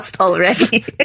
already